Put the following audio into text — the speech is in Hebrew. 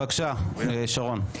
בבקשה, שרון.